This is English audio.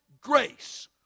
grace